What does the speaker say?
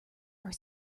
are